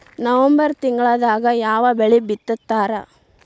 November ತಿಂಗಳದಾಗ ಯಾವ ಬೆಳಿ ಬಿತ್ತತಾರ?